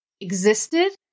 existed